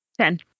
Ten